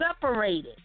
separated